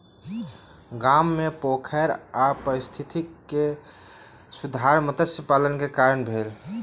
गाम मे पोखैर आ पारिस्थितिकी मे सुधार मत्स्य पालन के कारण भेल